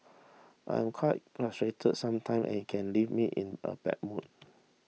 I am quite frustrated sometimes and it can leave me in a bad mood